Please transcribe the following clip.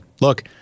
look